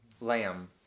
lamb